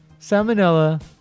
salmonella